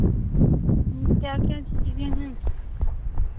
क्या क्या चीज़ें हैं